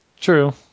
True